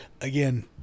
again